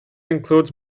includes